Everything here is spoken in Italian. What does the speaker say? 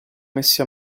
messi